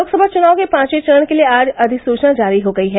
लोकसभा चुनाव के पांचवे चरण के लिए आज अधिसूचना जारी हो गई है